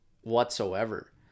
whatsoever